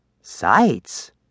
Sights